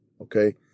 okay